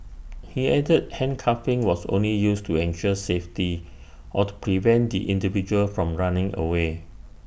he added handcuffing was only used to ensure safety or to prevent the individual from running away